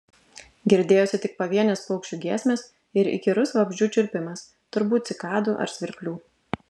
girdėjosi tik pavienės paukščių giesmės ir įkyrus vabzdžių čirpimas turbūt cikadų ar svirplių